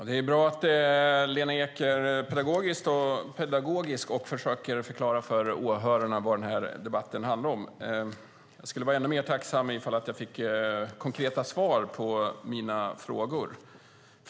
Fru talman! Det är bra att Lena Ek är pedagogisk och försöker förklara för åhörarna vad den här debatten handlar om. Det skulle vara ännu bättre, och jag skulle bli tacksam, om jag fick konkreta svar på mina frågor.